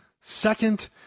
Second